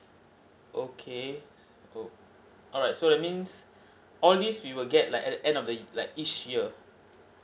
okay ok~ alright so that means only he will get like at end of the like each year